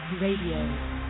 Radio